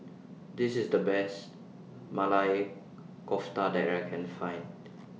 This IS The Best Maili Kofta that I Can Find